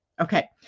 Okay